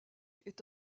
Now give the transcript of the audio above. est